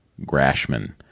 Grashman